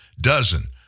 Dozen